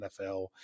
NFL